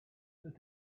that